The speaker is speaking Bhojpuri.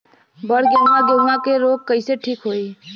बड गेहूँवा गेहूँवा क रोग कईसे ठीक होई?